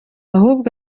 ahubwo